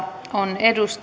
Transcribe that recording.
on